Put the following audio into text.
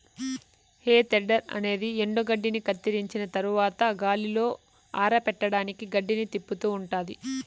హే tedder అనేది ఎండుగడ్డిని కత్తిరించిన తరవాత గాలిలో ఆరపెట్టడానికి గడ్డిని తిప్పుతూ ఉంటాది